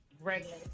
regular